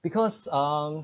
because um